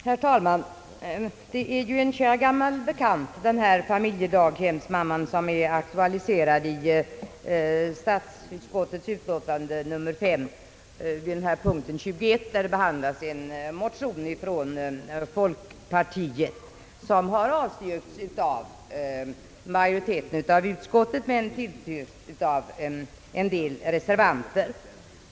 Herr talman! Det är en kär gammal bekant, denna familjedaghems mamma, som är aktualiserad vid punkten 21 i statsutskottets utlåtande nr 5, där det behandlas en motion av folkpartiet, vilken avstyrkts av majoriteten av utskottet men tillstyrkts av en del reservanter.